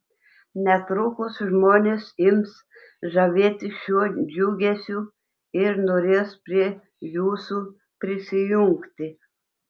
netrukus žmonės ims žavėtis šiuo džiugesiu ir norės prie jūsų prisijungti